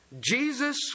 Jesus